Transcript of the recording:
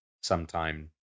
sometime